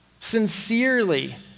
Sincerely